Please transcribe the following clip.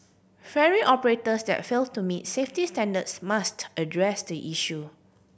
ferry operators that fail to meet safety standards must address the issue